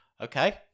Okay